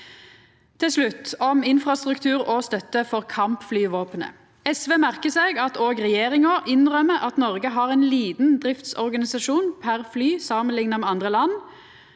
Til slutt, om infrastruktur og støtte til kampflyvåpenet: SV merkar seg at regjeringa òg innrømmer at Noreg har ein liten driftsorganisasjon per fly samanlikna med andre land,